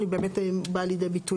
הוא יכול לתת